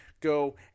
go